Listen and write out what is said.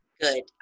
Good